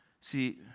See